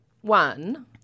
One